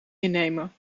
innemen